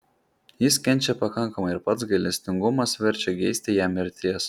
jis kenčia pakankamai ir pats gailestingumas verčia geisti jam mirties